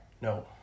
No